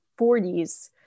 40s